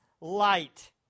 light